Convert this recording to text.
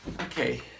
Okay